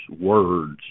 words